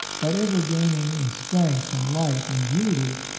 but ever gaining in strength and light and beauty,